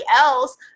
else